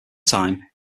time